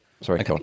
Sorry